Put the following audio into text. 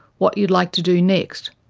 what you'd like to do next,